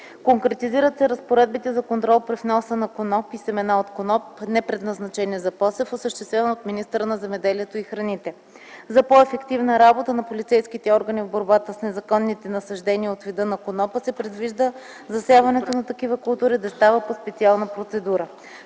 конкретизират се разпоредбите за контрол при вноса на коноп и семена от коноп, непредназначени за посев, осъществяван от министъра на земеделието и храните; - за по-ефективна работа на полицейските органи в борбата с незаконните насаждения от вида на конопа се предвижда засяването на такива култури да става по специална процедура.